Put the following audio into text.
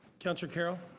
councillor carroll.